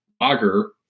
Auger